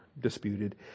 disputed